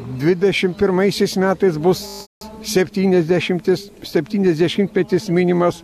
dvidešim pirmaisiais metais bus septynias dešimtis septyniasdešimtmetis minimas